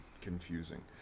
confusing